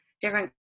different